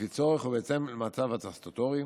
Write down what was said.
לפי צורך ובהתאם למצב הסטטוטורי.